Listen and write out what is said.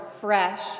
fresh